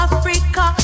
Africa